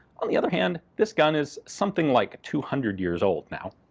on the other hand this gun is something like two hundred years old now.